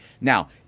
Now